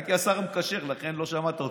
הייתי השר המקשר, לכן לא שמעת אותי.